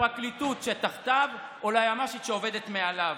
לפרקליטות, שתחתיו, או ליועמ"שית, שעובדת מעליו?